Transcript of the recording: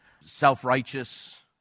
self-righteous